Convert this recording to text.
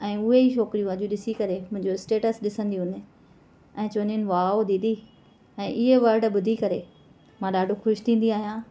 ऐं उहे ई छोकिरियूं अॼु ॾिसी करे मुंहिंजो स्टेटस ॾिसंदियूं आहिनि ऐं चवंदियूं आहिनि वाओ दीदी ऐं इहे वर्ड ॿुधी करे मां ॾाढो ख़ुशि थींदी आहियां